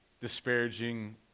disparaging